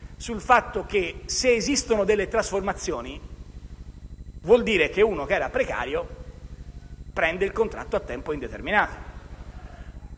sul fatto che, se esistono delle trasformazioni, vuol dire che uno che era precario prende il contratto a tempo indeterminato.